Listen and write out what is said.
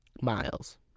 miles